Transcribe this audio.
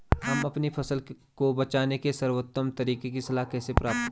हम अपनी फसल को बचाने के सर्वोत्तम तरीके की सलाह कैसे प्राप्त करें?